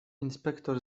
inspektor